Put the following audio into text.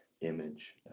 image